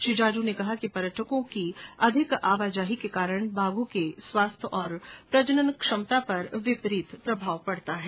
श्री जाजू ने कहा कि पर्यटकों की अधिक आवाजाही के कारण बाघों को स्वास्थ्य और प्रजनन क्षमता पर विपरीत प्रभाव पडता है